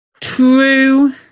true